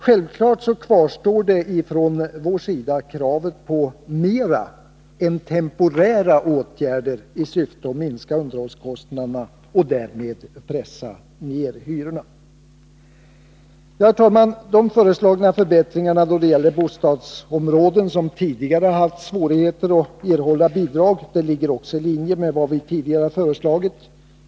Självfallet kvarstår från vpk:s sida kravet på mer än temporära åtgärder i syfte att minska underhållskostnader och därmed pressa ned hyrorna. Herr talman! Föreslagna förbättringar då det gäller bostadsområden som tidigare haft svårigheter att erhålla bidrag ligger också i linje med vad vi tidigare har föreslagit.